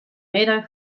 middei